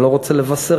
אני לא רוצה לבשר,